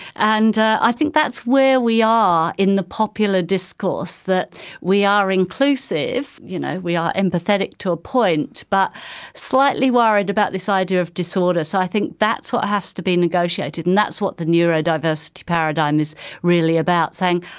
and i think that's where we are in the popular discourse, that we are inclusive, you know we are empathetic to a point, but slightly worried about this idea of disorder. so i think that's what has to be negotiated and that's what's the neurodiversity paradigm is really about, saying,